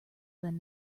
than